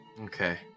Okay